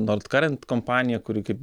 nord karent kompanija kuri kaip